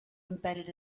embedded